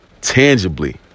tangibly